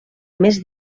més